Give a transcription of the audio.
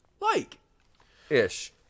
like-ish